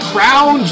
Crown